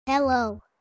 Hello